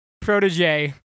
protege